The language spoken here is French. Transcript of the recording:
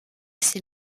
ses